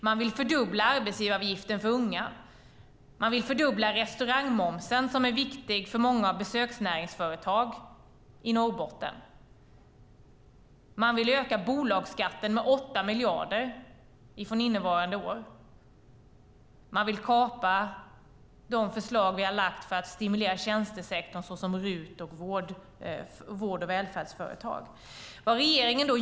Man vill fördubbla arbetsgivaravgiften för unga. Man vill fördubbla restaurangmomsen, som är viktig för många av besöksnäringsföretagen i Norrbotten. Man vill öka bolagsskatten med 8 miljarder från innevarande år. Man vill kapa de förslag vi har lagt för att stimulera tjänstesektorn, såsom RUT och vård och välfärdsföretag.